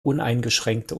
uneingeschränkte